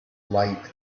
light